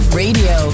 radio